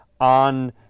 on